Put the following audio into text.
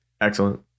Excellent